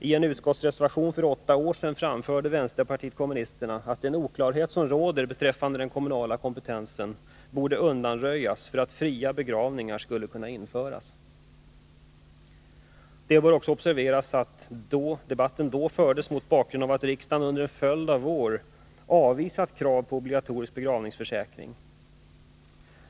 I en utskottsreservation för åtta år sedan anförde vpk att den oklarhet som råder beträffande den kommunala kompetensen borde undanröjas för att fria begravningar skulle kunna införas. Det bör också observeras att debatten då fördes mot bakgrund av att riksdagen under en följd av år avvisat krav på obligatorisk begravningsförsäkring.